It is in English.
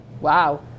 wow